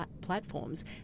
platforms